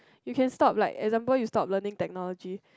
you can stop like example you stop learning technology